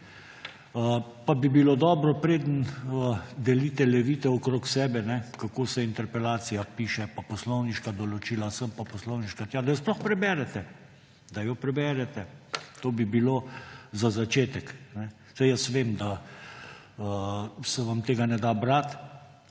Pa bi bilo dobro, preden delite levite okrog sebe, kako se interpelacija piše, pa poslovniška določila sem pa poslovniška tja, da jo sploh preberete. Da jo preberete. To bi bilo za začetek. Saj vem, da se vam tega ne da brati,